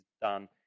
done